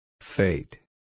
Fate